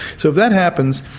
so if that happens,